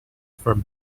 from